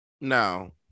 No